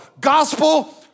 Gospel